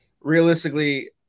realistically